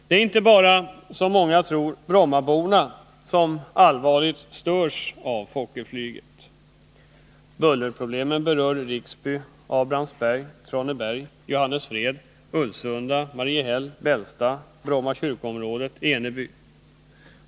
Det är inte bara, som många tror, brommaborna som allvarligt störs av Fokkerflyget. Bullerproblemen berör Riksby, Abrahamsberg, Traneberg, Johannesfred, Ulvsunda, Mariehäll, Bällsta, Bromma kyrkoområde, Eneby.